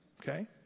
Okay